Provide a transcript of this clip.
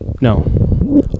No